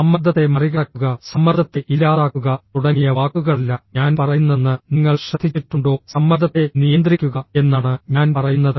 സമ്മർദ്ദത്തെ മറികടക്കുക സമ്മർദ്ദത്തെ ഇല്ലാതാക്കുക തുടങ്ങിയ വാക്കുകളല്ല ഞാൻ പറയുന്നതെന്ന് നിങ്ങൾ ശ്രദ്ധിച്ചിട്ടുണ്ടോ സമ്മർദ്ദത്തെ നിയന്ത്രിക്കുക എന്നാണ് ഞാൻ പറയുന്നത്